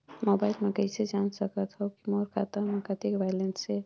Mobile म कइसे जान सकथव कि मोर खाता म कतेक बैलेंस से?